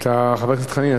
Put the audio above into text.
חבר הכנסת חנין,